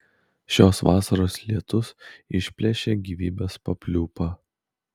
šios vasaros lietus išplėšė gyvybės papliūpą